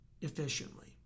efficiently